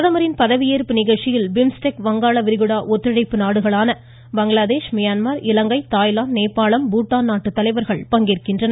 பிரதமரின் பதவியேற்பு நிகழ்ச்சியில் பிம்ஸ்டெக் வங்காள விரிகுடா ஒத்துழைப்பு நாடுகளான பங்களாதேஷ் மியான்மர் இலங்கை தாய்லாந்து நேபாளம் பூட்டான் நாட்டுத் தலைவர்கள் பங்கேற்கின்றனர்